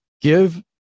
Give